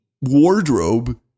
wardrobe